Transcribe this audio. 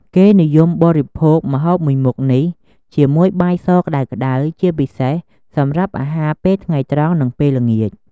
គេនិយមបរិភោគម្ហូបមួយមុខនេះ ជាមួយបាយសក្ដៅៗ ជាពិសេសសម្រាប់អាហារពេលថ្ងៃត្រង់ និងពេលល្ងាច។